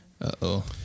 Uh-oh